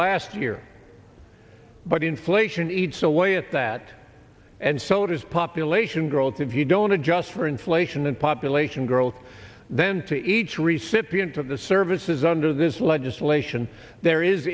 last year but inflation eats away at that and so it is population growth if you don't adjust for inflation and population growth then to each recipient of the services under this legislation there is